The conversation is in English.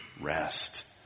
rest